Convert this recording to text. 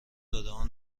دادهها